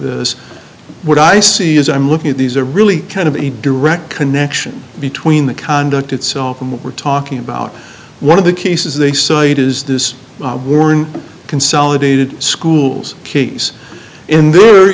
this what i see is i'm looking at these are really kind of a direct connection between the conduct itself and what we're talking about one of the cases they cite is this were consolidated schools case in th